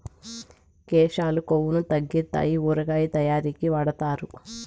కేశాలు కొవ్వును తగ్గితాయి ఊరగాయ తయారీకి వాడుతారు